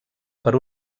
per